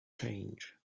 change